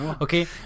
Okay